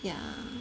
yeah